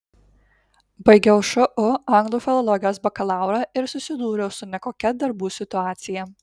baigiau šu anglų filologijos bakalaurą ir susidūriau su nekokia darbų situacija